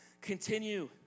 continue